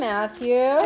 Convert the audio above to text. Matthew